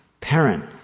parent